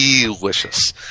delicious